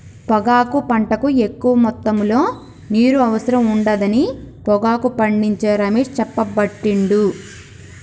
పొగాకు పంటకు ఎక్కువ మొత్తములో నీరు అవసరం ఉండదని పొగాకు పండించే రమేష్ చెప్పబట్టిండు